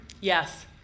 Yes